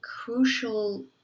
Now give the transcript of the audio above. crucial